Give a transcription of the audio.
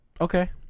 Okay